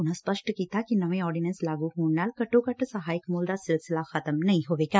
ਉਨਾਂ ਸਪਸ਼ਟ ਕੀਤਾ ਕਿ ਨਵੇਂ ਆਰਡੀਨੈਸ ਲਾਗੁ ਹੋਣ ਨਾਲ ਘੱਟੋ ਘੱਟ ਸਹਾਇਕ ਮੁੱਲ ਦਾ ਸਿਲਸਿਲਾ ਖ਼ਤਮ ਨਹੀ ਹੋਵੇਗਾ